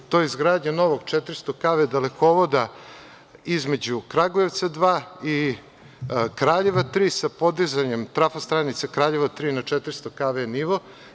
To je izgradnja novog 400kv dalekovoda između Kragujevca dva i Kraljeva tri, sa podizanjem trafo stanice Kraljevo tri na 400kv nivo.